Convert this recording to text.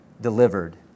delivered